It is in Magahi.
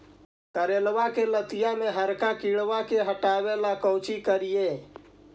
करेलबा के लतिया में हरका किड़बा के हटाबेला कोची करिए?